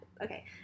Okay